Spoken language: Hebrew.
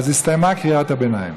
אז הסתיימה קריאת הביניים.